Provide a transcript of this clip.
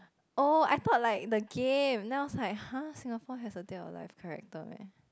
oh I thought like the game then I was like [huh] Singapore has a dead or alive character meh